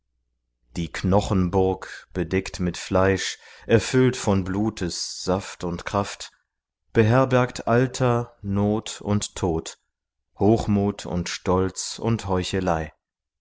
die knochenburg bedeckt mit fleisch erfüllt von blutes saft und kraft beherbergt alter not und tod hochmut und stolz und heuchelei